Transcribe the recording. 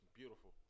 beautiful